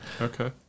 Okay